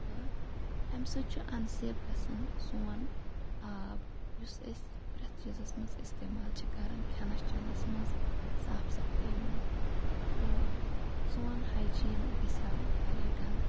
تہٕ امہِ سۭتۍ چھُ اَنسیف گَژھان سون آب یُس أسۍ پرٮ۪تھ چیٖزَ منٛز اِستعمال چھِ کَران کھینَس چینَس منٛز صاف صَفٲیٖی منٛز تہٕ سون ہایجیٖن یہِ گَژھہِ ہا واریاہ گَنٛدٕ